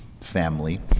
family